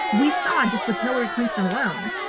we saw just with hillary clinton alone,